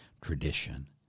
tradition